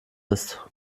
ist